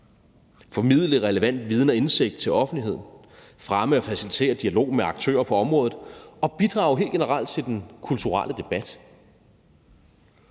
formidle relevant viden og indsigt til offentligheden, fremme og facilitere dialog med aktører på området og bidrage helt generelt til den kulturelle debat.